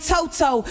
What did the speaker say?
Toto